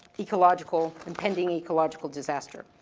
ecological, impending ecological disaster.